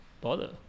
bother